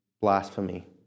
blasphemy